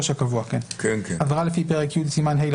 לא, על